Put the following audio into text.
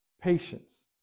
patience